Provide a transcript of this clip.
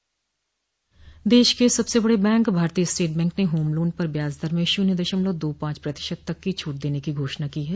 देश के सबसे बडे बैंक भारतीय स्टेट बंक ने होम लोन पर ब्याज दर में शून्य दशमलव दो पांच प्रतिशत तक छूट देने की घोषणा की है